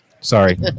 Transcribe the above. Sorry